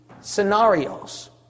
scenarios